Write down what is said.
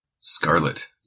Scarlet